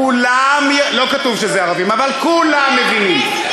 כתוב, לא כתוב שזה ערבים, אבל כולם מבינים.